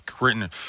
written